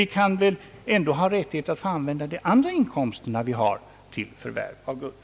Vi kan väl ändå ha rättighet att få använda de andra inkomster vi har till förvärv av guld?